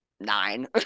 nine